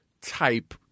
type